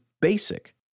basic